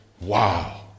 Wow